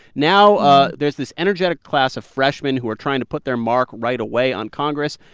now ah there's this energetic class of freshmen who are trying to put their mark right away on congress.